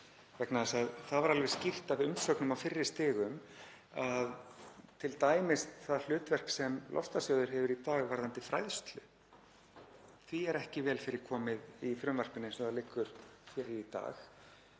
þessara sjóða. Það var alveg skýrt af umsögnum á fyrri stigum að t.d. því hlutverki sem loftslagssjóður hefur í dag varðandi fræðslu er ekki vel fyrir komið í frumvarpinu eins og það liggur fyrir í dag.